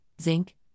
zinc